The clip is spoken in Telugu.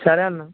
సరే అన్న